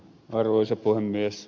arvoisa puhemies